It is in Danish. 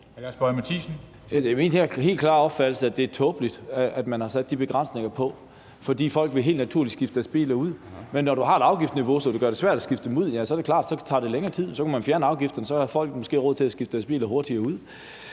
min helt klare opfattelse, at det er tåbeligt, at man har sat de begrænsninger på, for folk vil helt naturligt skifte deres biler ud. Men når du har et afgiftsniveau, som gør det svært at skifte dem ud, så er det klart, at det tager længere tid. Man kunne fjerne afgifterne, for så havde folk måske råd til at skifte deres biler hurtigere ud.